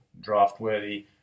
draft-worthy